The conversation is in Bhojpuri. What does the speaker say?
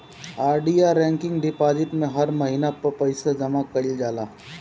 आर.डी या रेकरिंग डिपाजिट में हर महिना पअ पईसा जमा कईल जाला